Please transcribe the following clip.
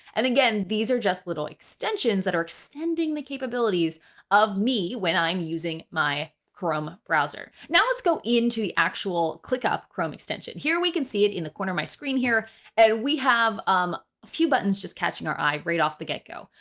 and again, these are just little extensions that are extending the capabilities of me when i'm using my chrome ah browser. now, let's go into actual clickup chrome extension here. we can see it in the corner of my screen here and we have a um few buttons just catching our eye right off the get go.